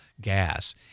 gas